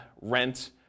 rent